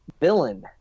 villain